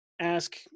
ask